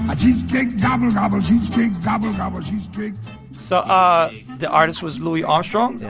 ah cheesecake gobble, gobble, cheesecake gobble, gobble cheesecake so ah the artist was louis armstrong. yeah.